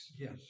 Yes